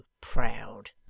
proud